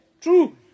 True